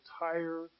entire